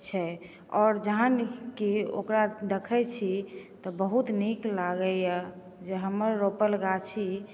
छै आओर जखन कि ओकरा देखै छी तऽ बहुत नीक लागैए जे हमर रोपल गाछी